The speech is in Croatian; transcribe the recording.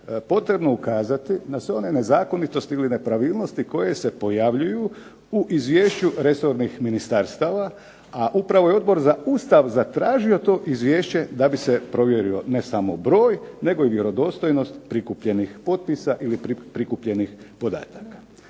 potrebno ukazati na sve one nezakonitosti ili nepravilnosti koje se pojavljuju u izvješću resornih ministarstava, a upravo je Odbor za Ustav zatražio to izvješće da bi se provjerio ne samo broj, nego i vjerodostojnost prikupljenih potpisa, ili prikupljenih podataka.